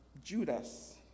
Judas